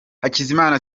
hakizimana